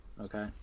okay